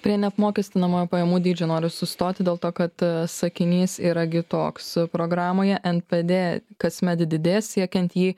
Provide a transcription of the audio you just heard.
prie neapmokestinamojo pajamų dydžio noriu sustoti dėl to kad sakinys yra gi toks programoje npd kasmet didės siekiant jį